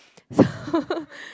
so